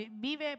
vive